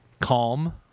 calm